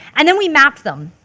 and then we mapped them.